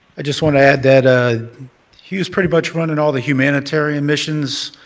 i just want to add that ah he was pretty much running all the humanitarian missions,